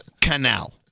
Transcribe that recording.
Canal